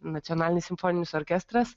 nacionalinis simfoninis orkestras